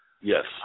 Yes